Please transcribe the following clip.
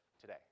today